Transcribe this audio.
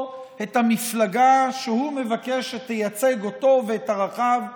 את המפלגה שהוא מבקש שתייצג אותו ואת ערכיו כאן,